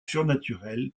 surnaturel